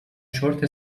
چرت